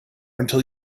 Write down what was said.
until